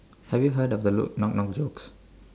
have you heard of the Luke knock knock jokes